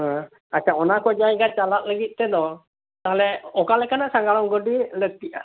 ᱟᱪᱪᱷᱟ ᱚᱱᱟᱠᱚ ᱡᱟᱭᱜᱟ ᱪᱟᱞᱟᱜ ᱞᱟᱹᱜᱤᱫ ᱛᱮᱫᱚ ᱛᱟᱦᱚᱞᱮ ᱚᱠᱟᱞᱮᱠᱟᱱᱟᱜ ᱥᱟᱜᱟᱲᱚᱱ ᱜᱟᱹᱰᱤ ᱞᱟᱹᱠᱛᱤᱜᱼᱟ